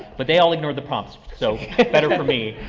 but they all ignore the prompts so better for me.